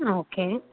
okay